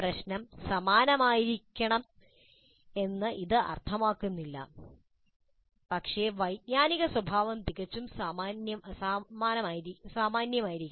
പ്രശ്നം സമാനമായിരിക്കണമെന്ന് ഇത് അർത്ഥമാക്കുന്നില്ല പക്ഷേ വൈജ്ഞാനിക സ്വഭാവം തികച്ചും സമാനമായിരിക്കണം